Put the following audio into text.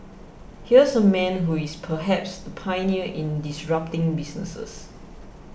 here's a man who is perhaps the pioneer in disrupting businesses